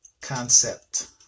concept